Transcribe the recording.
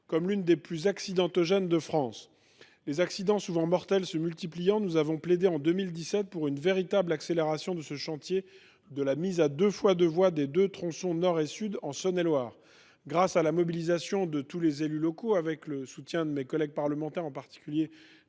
comme l’une des plus accidentogènes de France. Les accidents souvent mortels étant de plus en plus nombreux, nous avons plaidé en 2017 pour une véritable accélération du chantier qui permettra la mise à deux fois deux voies des tronçons nord et sud de cette route en Saône et Loire. Grâce à la mobilisation de tous les élus locaux et avec le soutien de mes collègues parlementaires, en particulier